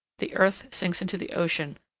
the earth sinks into the ocean,